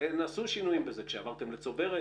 ונעשו שינויים בזה כשעברתם לצוברת,